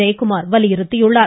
ஜெயக்குமார் வலியுறுத்தியுள்ளார்